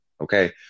Okay